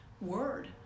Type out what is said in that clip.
word